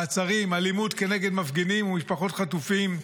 מעצרים, אלימות כנגד מפגינים ומשפחות חטופים,